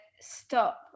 stop